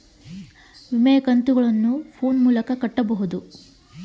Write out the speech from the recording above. ವಿಮೆಯ ಕಂತುಗಳನ್ನ ಫೋನ್ ಮೂಲಕ ಕಟ್ಟಬಹುದಾ?